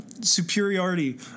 superiority